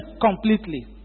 completely